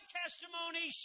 testimony